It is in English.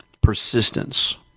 persistence